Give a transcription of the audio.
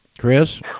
Chris